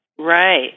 Right